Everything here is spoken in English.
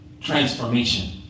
transformation